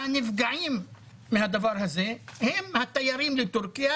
הנפגעים מהדבר הזה הם התיירים לטורקיה,